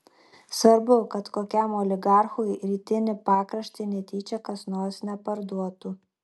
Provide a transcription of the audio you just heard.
svarbu kad kokiam oligarchui rytinį pakraštį netyčia kas nors neparduotų